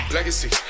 Legacy